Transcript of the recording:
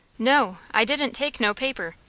no, i didn't take no paper,